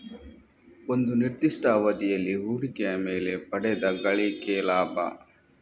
ಒಂದು ನಿರ್ದಿಷ್ಟ ಅವಧಿಯಲ್ಲಿ ಹೂಡಿಕೆಯ ಮೇಲೆ ಪಡೆದ ಗಳಿಕೆ ಲಾಭ